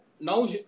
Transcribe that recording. Now